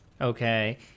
okay